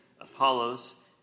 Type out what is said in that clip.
Apollos